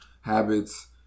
Habits